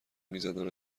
میزدن